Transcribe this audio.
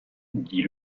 dit